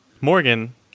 Morgan